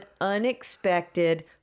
unexpected